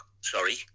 sorry